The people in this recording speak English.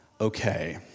Okay